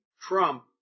Trump –